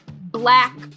black